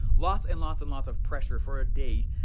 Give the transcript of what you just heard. lots and lots and lots of pressure, for a day,